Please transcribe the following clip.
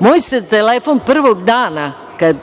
moj se telefon prvog dana kad